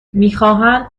میخواهند